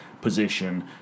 position